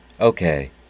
Okay